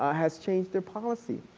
ah have changed their policies.